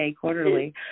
quarterly